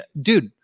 dude